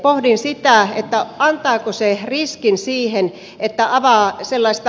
pohdin sitä antaako se riskin siihen että avaa sellaista